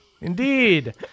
Indeed